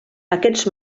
aquests